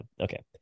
okay